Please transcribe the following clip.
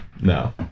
No